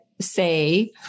say